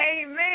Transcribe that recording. Amen